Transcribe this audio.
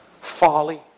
folly